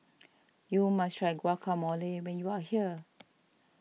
you must try Guacamole when you are here